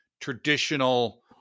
traditional